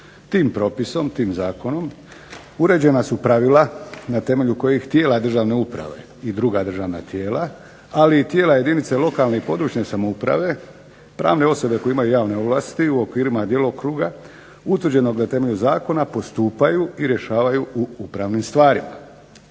tim propisom, tim zakonom uređena su pravila na temelju kojih tijela državne uprave i druga državna tijela, ali i tijela jedinca lokalne i područne samouprave, pravne osobe koje imaju javne ovlasti u okvirima djelokruga utvrđenog na temelju zakona postupaju i rješavaju u upravnim stvarima.